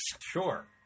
Sure